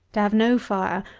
to have no fire,